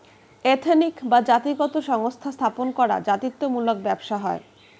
ethnic বা জাতিগত সংস্থা স্থাপন করা জাতিত্ব মূলক ব্যবসা হয়